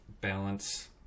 balance